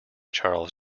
charles